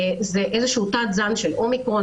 הוא איזשהו תת זן של אומיקרון.